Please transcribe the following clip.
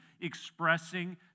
expressing